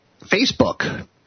Facebook